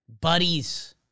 buddies